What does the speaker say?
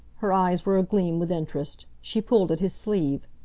her eyes were agleam with interest. she pulled at his sleeve.